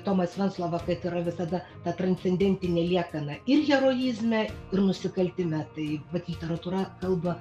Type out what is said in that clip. tomas venclova kad yra visada ta transcendentinė liekana ir heroizme ir nusikaltime tai vat literatūra kalba